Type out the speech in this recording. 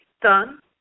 done